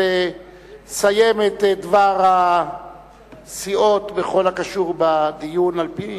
לסיים את דבר הסיעות בכל הקשור לדיון על-פי